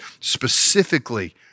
specifically